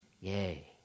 Yay